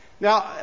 Now